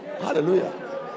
Hallelujah